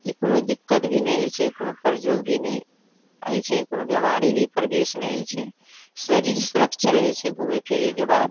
की कोनो दिक्कत भी नहि होइ छै कोनो प्रयोग भी नहि होइ छै कोनो बीमारी भी प्रवेश नहि होइ छै शरीर सुरक्षित रहय छै घुमय फिरयके बाद